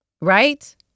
Right